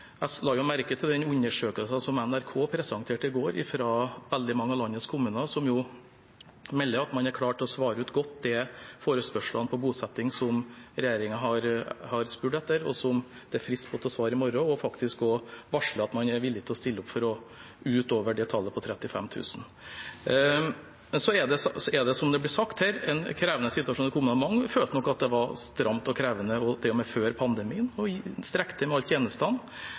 Jeg la merke til den undersøkelsen som NRK presenterte i går fra veldig mange av landets kommuner, som melder at man har klart å svare ut godt de forespørslene om bosetting fra regjeringen som det er svarfrist på i morgen, og faktisk også varsler at man er villig til å stille opp ut over antallet 35 000. Men det er, som det blir sagt her, en krevende situasjon i kommunene. Mange følte nok at det var stramt og krevende til og med før pandemien å strekke til med alle tjenestene.